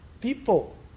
people